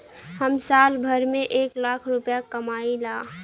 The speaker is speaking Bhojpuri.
हम साल भर में एक लाख रूपया कमाई ला